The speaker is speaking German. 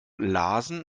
lasen